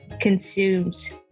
consumes